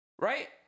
right